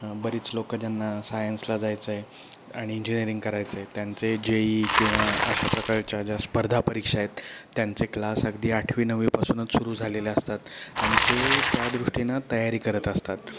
बरीच लोक ज्यांना सायन्सला जायचं आहे आणि इंजिनिअरिंग करायचं आहे त्यांचे जे ई किंवा अशा प्रकारच्या ज्या स्पर्धा परीक्षा आहेत त्यांचे क्लास अगदी आठवी नववीपासूनच सुरू झालेले असतात आणि ते त्या दृष्टीनं तयारी करत असतात